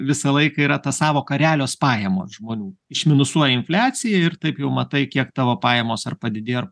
visą laiką yra ta sąvoka realios pajamos žmonių išminusuoji infliaciją ir taip jau matai kiek tavo pajamos ar padidėjo ar